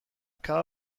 cada